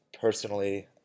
personally